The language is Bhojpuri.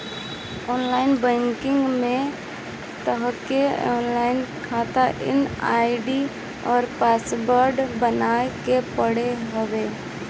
ऑनलाइन बैंकिंग में तोहके एगो लॉग इन आई.डी अउरी पासवर्ड बनावे के पड़त हवे